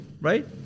right